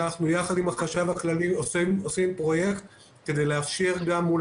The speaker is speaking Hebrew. יחד עם החשב הכללי אנחנו עושים פרויקט כדי לאפשר גם מול